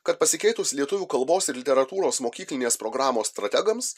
kad pasikeitus lietuvių kalbos ir literatūros mokyklinės programos strategams